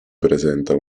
presenta